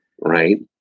Right